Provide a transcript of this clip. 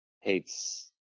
hates